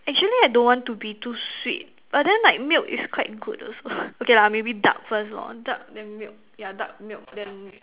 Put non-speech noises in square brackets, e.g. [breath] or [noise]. actually I don't want to be too sweet but then like milk is quite good also [breath] okay lah maybe dark first lor dark then milk yeah dark milk then